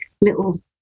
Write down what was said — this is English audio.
little